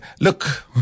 look